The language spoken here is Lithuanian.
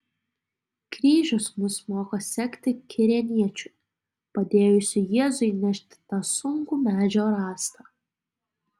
kryžius mus moko sekti kirėniečiu padėjusiu jėzui nešti tą sunkų medžio rąstą